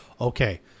okay